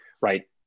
right